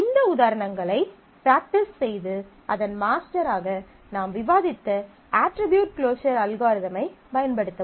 இந்த உதாரணங்களை ப்ராக்ட்டிஸ் செய்து அதன் மாஸ்டர் ஆக நாம் விவாதித்த அட்ரிபியூட் க்ளோஸர் அல்காரிதமைப் பயன்படுத்தவும்